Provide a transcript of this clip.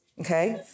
okay